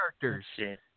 characters